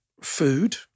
food